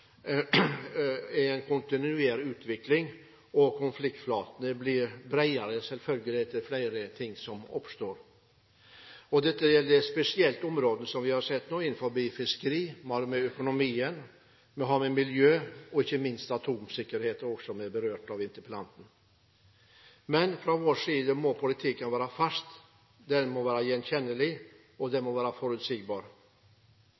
utvikling. Konfliktflatene blir selvfølgelig bredere dess flere ting som oppstår. Dette gjelder spesielt områder som fiskeri, økonomi, miljø og, ikke minst, atomsikkerhet, som ble berørt av interpellanten. Fra vår side må politikken være